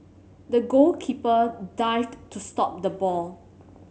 the goalkeeper dived to stop the ball